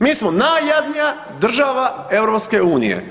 Mi smo najjadnija država EU.